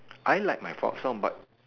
I like my fort some but